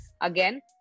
again